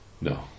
no